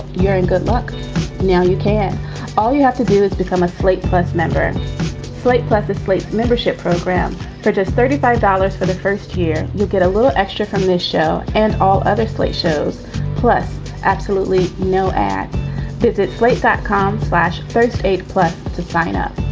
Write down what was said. you're in good luck now. you can all you have to do is become a slate plus member slate plus the slate membership program for just thirty five dollars for the first year you get a little extra from this show and all other slate shows plus absolutely no at this at slate dot com slash first aid pledge to sign up